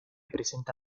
presenta